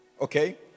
Okay